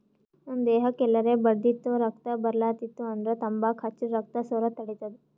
ನಮ್ ದೇಹಕ್ಕ್ ಎಲ್ರೆ ಬಡ್ದಿತ್ತು ರಕ್ತಾ ಬರ್ಲಾತಿತ್ತು ಅಂದ್ರ ತಂಬಾಕ್ ಹಚ್ಚರ್ ರಕ್ತಾ ಸೋರದ್ ತಡಿತದ್